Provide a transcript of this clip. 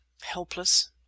Helpless